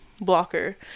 Blocker